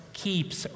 keeps